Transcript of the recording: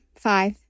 five